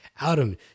Adam